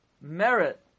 merit